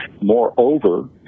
moreover